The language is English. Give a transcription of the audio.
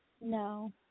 No